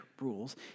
rules